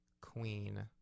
queen